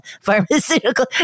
pharmaceutical